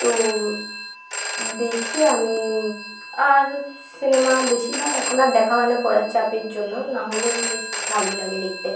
তো দেখে আমি আর সিনেমা বেশিরভাগ এখন আর দেখা হয় না পড়ার চাপের জন্য নাহলে বেশ ভালোই লাগে দেখতে